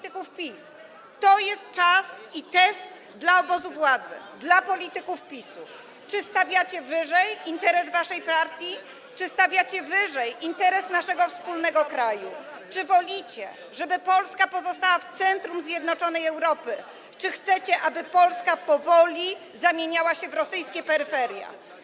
To jest czas i test dla obozu władzy, dla polityków PiS-u, czy stawiacie wyżej interes waszej partii, czy stawiacie wyżej interes naszego wspólnego kraju, czy wolicie, żeby Polska pozostała w centrum zjednoczonej Europy, czy chcecie, żeby Polska powoli zamieniała się w rosyjskie peryferia.